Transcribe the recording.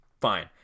fine